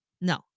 no